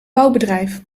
bouwbedrijf